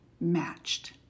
matched